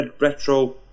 Retro